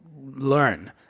learn